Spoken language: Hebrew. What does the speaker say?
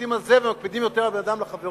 מקפידים על זה ומקפידים יותר על שבין אדם לחברו,